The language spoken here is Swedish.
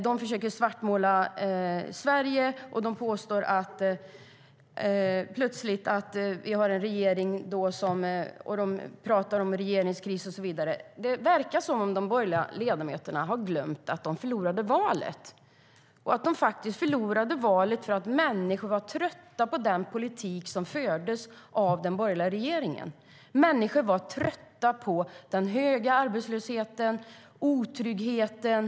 De försöker svartmåla Sverige och talar om regeringskris och så vidare. Det verkar som att de borgerliga ledamöterna har glömt att de förlorade valet och att de faktiskt förlorade valet för att människor var trötta på den politik som fördes av den borgerliga regeringen. Människor var trötta på den höga arbetslösheten och otryggheten.